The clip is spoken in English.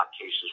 cases